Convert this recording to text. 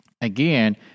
again